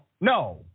no